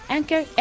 Anchor